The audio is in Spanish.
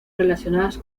relacionadas